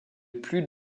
plus